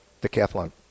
Decathlon